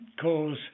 cause